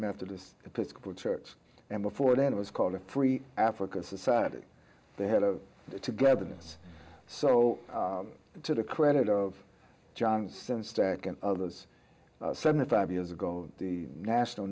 methodist episcopal church and before then it was called a free africa society they had a togetherness so to the credit of johnston stack and others seventy five years ago the national